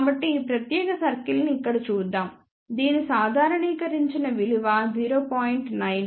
కాబట్టిఈ ప్రత్యేక సర్కిల్ ని ఇక్కడ చూద్దాందీని సాధారణీకరించే విలువ 0